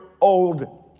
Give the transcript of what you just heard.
old